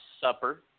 supper